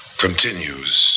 continues